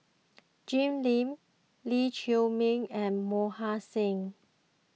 Jim Lim Lee Chiaw Meng and Mohan Singh